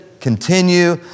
Continue